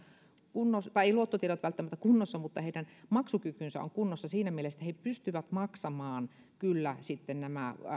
kunnossa tai ei luottotiedot välttämättä kunnossa mutta heidän maksukykynsä on kunnossa siinä mielessä että he pystyvät maksamaan kyllä sitten nämä